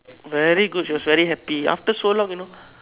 very good she was very happy after so long you know